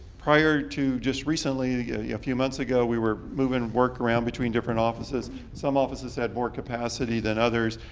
prior to just recently a ah yeah few months ago, we were moving work around between different offices. some offices had more capacity than others,